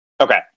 okay